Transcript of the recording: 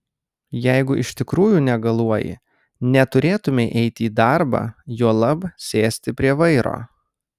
jeigu iš tikrųjų negaluoji neturėtumei eiti į darbą juolab sėsti prie vairo